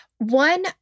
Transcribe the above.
One